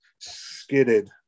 skidded